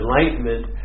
enlightenment